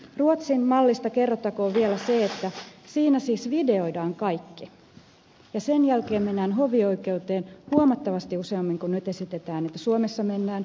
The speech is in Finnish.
ruotsin mallista kerrottakoon vielä se että siinä siis videoidaan kaikki ja sen jälkeen mennään hovioikeuteen huomattavasti useammin kuin nyt esitetään suomessa mentäväksi